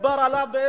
דובר עליו,